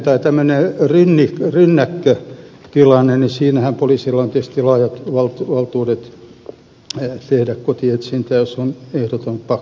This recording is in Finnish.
kiireisessä tai rynnäkkötilanteessahan poliisilla on tietysti laajat valtuudet tehdä kotietsintä jos on ehdoton pakko